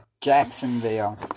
Jacksonville